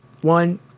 one